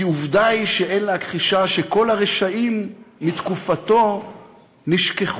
כי עובדה היא שאין להכחישה שכל הרשעים מתקופתו נשכחו,